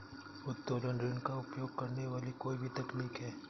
उत्तोलन ऋण का उपयोग करने वाली कोई भी तकनीक है